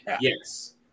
Yes